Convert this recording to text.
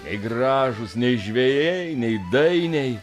nei gražūs nei žvejai nei dainiai